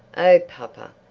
oh, papa,